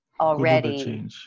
already